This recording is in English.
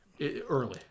Early